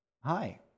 Hi